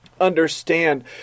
understand